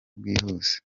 bwihuse